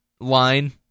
line